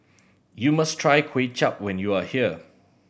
you must try Kway Chap when you are here